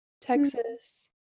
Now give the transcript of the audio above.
texas